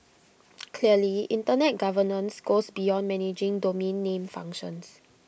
clearly Internet governance goes beyond managing domain name functions